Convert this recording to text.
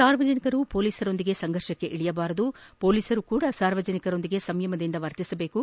ಸಾರ್ವಜನಿಕರು ಪೊಲೀಸರೊಂದಿಗೆ ಸಂಘರ್ಷಕ್ಕೆ ಇಳಿಯಬಾರದು ಪೊಲೀಸರು ಕೂಡ ಸಾರ್ವಜನಿಕರೊಂದಿಗೆ ಸಂಯಮದಿಂದ ವರ್ತಿಸಬೇಕು